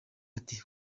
ati